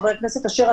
חבר הכנסת אשר,